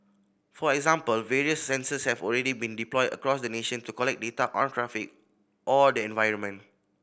for example various sensors have already been deployed across the nation to collect data on traffic or the environment